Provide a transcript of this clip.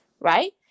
right